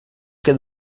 que